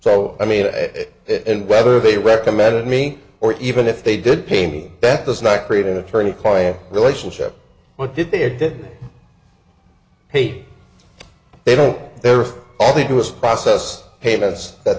it and whether they recommended me or even if they did pay me that does not create an attorney client relationship what did they did pay they don't there are all they do is process payments that